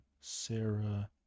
sarah